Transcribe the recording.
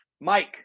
Mike